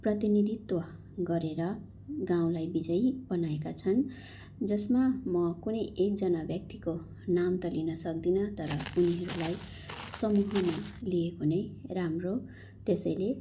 प्रितिनिधित्व गरेर गाउँलाई विजयी बनाएका छन् जसमा म कुनै एकजना व्यक्तिको नाम त लिन सक्दिनँ तर उनीहरूलाई समूहमा लिएको नै राम्रो त्यसैले